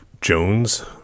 Jones